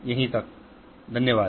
Thank you धन्यवाद